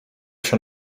się